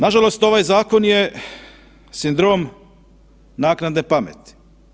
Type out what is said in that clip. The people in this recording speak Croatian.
Nažalost ovaj zakon je sindrom naknadne pameti.